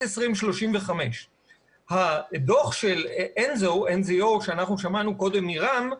2035. הדוח של NZO עליו שמענו קודם מרם,